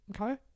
okay